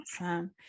Awesome